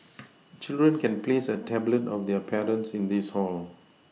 children can place a tablet of their parents in this hall